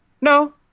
No